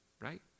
right